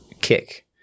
kick